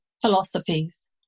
philosophies